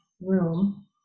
room